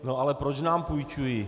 No ale proč nám půjčují?